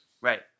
Right